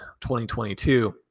2022